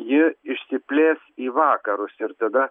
ji išsiplės į vakarus ir tada